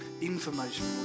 information